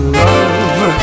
love